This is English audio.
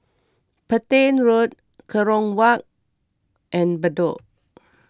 Petain Road Kerong Walk and Bedok